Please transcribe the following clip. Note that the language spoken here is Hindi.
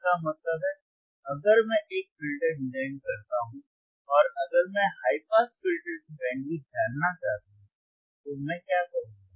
इसका मतलब है अगर मैं एक फिल्टर डिजाइन करता हूं और अगर मैं हाई पास फिल्टर की बैंडविथ जानना चाहता हूं तो मैं क्या करूंगा